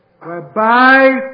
whereby